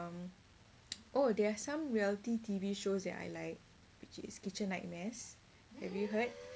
um oh there are some reality T_V shows that I like which is kitchen nightmares have you heard